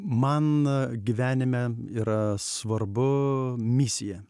man gyvenime yra svarbu misija